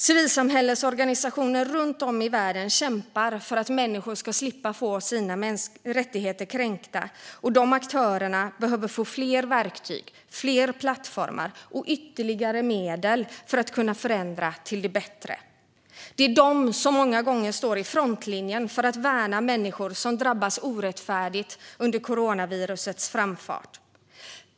Civilsamhällesorganisationer runt om i världen kämpar för att människor ska slippa få sina rättigheter kränkta, och de aktörerna behöver få fler verktyg, fler plattformar och ytterligare medel för att kunna förändra till det bättre. Det är de som många gånger står i frontlinjen för att värna människor som drabbas orättfärdigt under coronavirusets framfart.